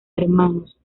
hermanos